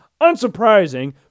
Unsurprising